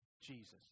Jesus